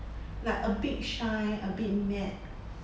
like a bit shine a bit matte